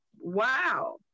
Wow